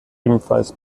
ebenfalls